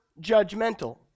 judgmental